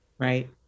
right